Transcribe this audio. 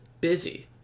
Busy